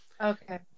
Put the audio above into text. Okay